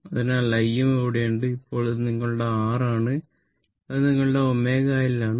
അതിനാൽ Im ഇവിടെയുണ്ട് അപ്പോൾ ഇത് നിങ്ങളുടെ R ആണ് ഇത് നിങ്ങളുടെ ωL ആണ്